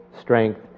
strength